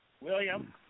William